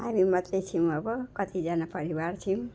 हामी मात्रै छौँ अब कतिजना परिवार थियौँ